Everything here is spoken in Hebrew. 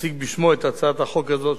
להציג בשמו את הצעת החוק הזאת,